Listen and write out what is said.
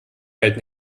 welt